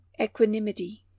equanimity